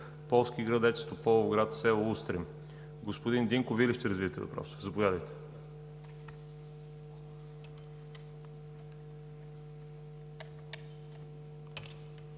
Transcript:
Полски градец – Тополовград – село Устрем. Господин Динков, Вие ли ще развиете въпроса? Заповядайте.